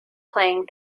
playing